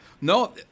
No